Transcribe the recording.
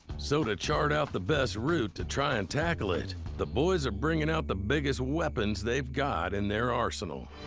so to chart out the best route to try and tackle it, the boys are bringing out the biggest weapons they've got in their arsenal.